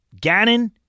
Gannon